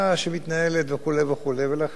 ולכן יש איזה צרכים.